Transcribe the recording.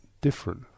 different